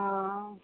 हँ